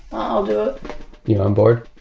i'll do it. you're on board.